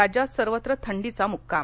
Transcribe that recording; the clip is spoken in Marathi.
राज्यात सर्वत्र थंडीचा मुक्काम